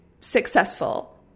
successful